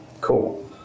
cool